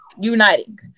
uniting